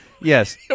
Yes